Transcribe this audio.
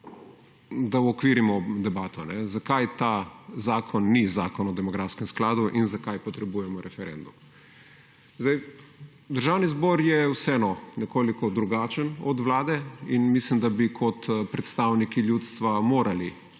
da uokvirimo debato, zakaj ta zakon ni Zakon o demografskem skladu in zakaj potrebujemo referendum. Državni zbor je vseeno nekoliko drugačen od Vlade in mislim, da bi kot predstavniki ljudstva morali